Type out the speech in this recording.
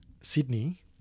Sydney